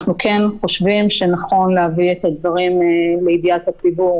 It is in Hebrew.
אנחנו כן חושבים שנכון להביא את הדברים לידיעת הציבור